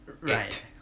right